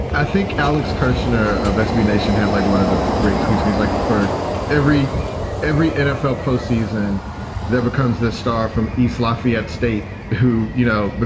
i think alex kerschner of sb nation had like one of the great tweets. he's like for every every nfl postseason that becomes this star from east lafayette state who, you know, but